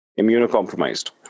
immunocompromised